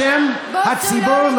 בשם הציבור,